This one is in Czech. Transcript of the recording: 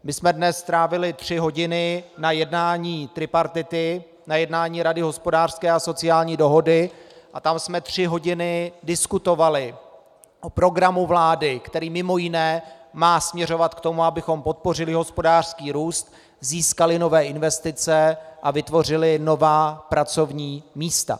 My jsme dnes strávili tři hodiny na jednání tripartity, na jednání Rady hospodářské a sociální dohody, a tam jsme tři hodiny diskutovali o programu vlády, který mimo jiné má směřovat k tomu, abychom podpořili hospodářský růst, získali nové investice a vytvořili nová pracovní místa.